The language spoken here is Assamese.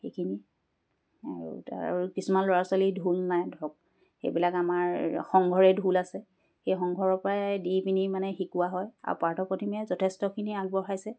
সেইখিনি আৰু তাৰ কিছুমান ল'ৰা ছোৱালী ঢোল নাই ধৰক সেইবিলাক আমাৰ সংঘৰে ঢোল আছে সেই সংঘৰৰ পৰাই দি পিনি মানে শিকোৱা হয় আৰু পাৰ্থপ্ৰতিমে যথেষ্টখিনি আগবঢ়াইছে